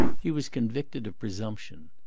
he was convicted of presumption.